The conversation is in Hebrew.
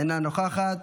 אינה נוכחת,